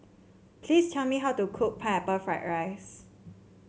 please tell me how to cook Pineapple Fried Rice